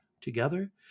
together